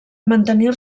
mantenir